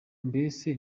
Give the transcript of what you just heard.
mbese